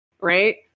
right